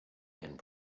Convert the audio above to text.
and